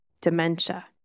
dementia